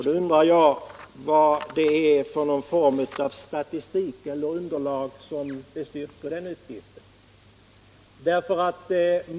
Då undrar jag vad det är för form av statistik eller underlag som bestyrker den uppgiften.